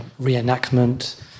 reenactment